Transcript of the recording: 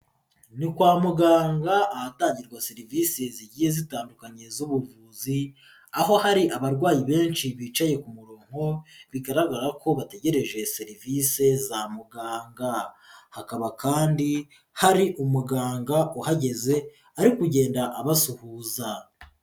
Ni kwa muganga ahatangirwa serivisi zigiye zitandukanye z'ubuvuzi aho hari abarwayi benshi bicaye ku murongo bigaragara ko bategereje serivisi za muganga, hakaba kandi hari umuganga uhageze ari kugenda abasuhuza.